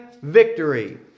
Victory